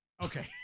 Okay